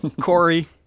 Corey